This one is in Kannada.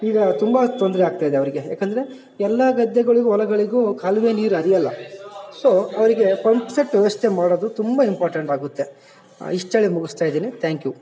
ಈಗ ತುಂಬ ತೊಂದರೆ ಆಗ್ತಿದೆ ಅವರಿಗೆ ಯಾಕಂದರೆ ಎಲ್ಲ ಗದ್ದೆಗಳಿಗು ಹೊಲಗಳಿಗು ಕಾಲುವೆ ನೀರು ಹರಿಯಲ್ಲ ಸೊ ಅವರಿಗೆ ಪಂಪ್ ಸೆಟ್ ವ್ಯವಸ್ಥೆ ಮಾಡೋದು ತುಂಬ ಇಂಪಾರ್ಟೆಂಟ್ ಆಗುತ್ತೆ ಇಷ್ಟೇಳಿ ಮುಗಿಸ್ತ ಇದೀನಿ ಥ್ಯಾಂಕ್ ಯು